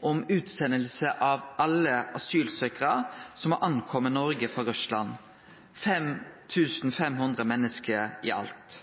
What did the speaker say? om utsending av alle asylsøkjarar som har kome til Noreg frå Russland, 5 500 menneske i alt.